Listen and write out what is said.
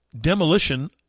demolition